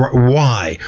why,